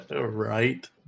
Right